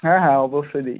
হ্যাঁ হ্যাঁ অবশ্যই দিই